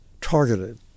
targeted